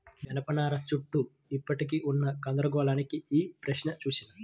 జనపనార చుట్టూ ఇప్పటికీ ఉన్న గందరగోళానికి ఈ ప్రశ్న సూచన